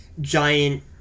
giant